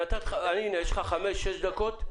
הנה, יש לך חמש-שש דקות,